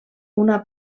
una